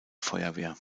feuerwehr